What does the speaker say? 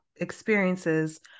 experiences